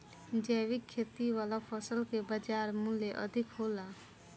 जैविक खेती वाला फसल के बाजार मूल्य अधिक होला